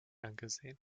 angesehen